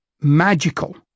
magical